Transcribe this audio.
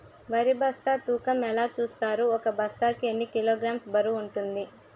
వరి బస్తా తూకం ఎలా చూస్తారు? ఒక బస్తా కి ఎన్ని కిలోగ్రామ్స్ బరువు వుంటుంది?